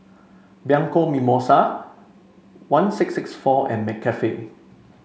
Bianco Mimosa one six six four and McCafe